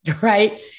Right